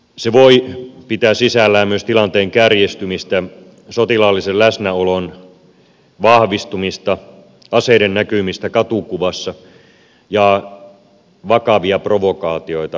se voi pitää sisällään myös tilanteen kärjistymistä sotilaallisen läsnäolon vahvistumista aseiden näkymistä katukuvassa ja vakavia provokaatioita eri ihmisten välillä